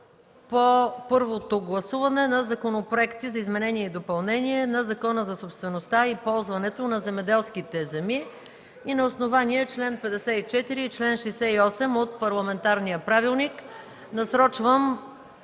по първото гласуване на законопроекти за изменения и допълнения на Закона за собствеността и ползването на земеделските земи. На основание чл. 54 и чл. 68 от Правилника за